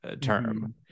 term